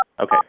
okay